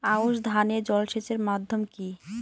আউশ ধান এ জলসেচের মাধ্যম কি?